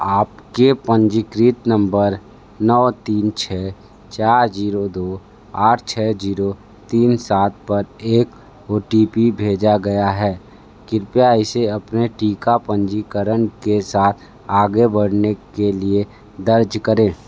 आपके पंजीकृत नंबर नौ तीन छः चार ज़ीरो दो आठ छः ज़ीरो तीन सात पर एक ओ टी पी भेजा गया है कृपया इसे अपने टीका पंजीकरण के साथ आगे बढ़ने के लिए दर्ज करें